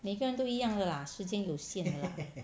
每个人都一样的 lah 时间有限的 lah